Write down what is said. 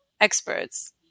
experts